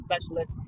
specialist